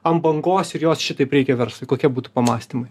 ant bangos ir jos šitaip reikia verslui kokie būtų pamąstymai